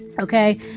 Okay